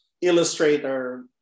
illustrator